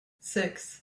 six